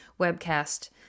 webcast